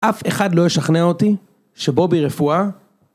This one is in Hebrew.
אף אחד לא ישכנע אותי, שבו ברפואה...